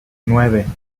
nueve